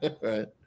Right